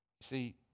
See